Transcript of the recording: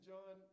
John